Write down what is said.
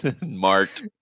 Marked